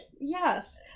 Yes